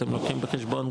אתם לוקחים בחשבון,